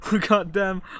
Goddamn